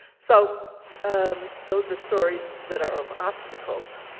so those are stories that are of obstacles.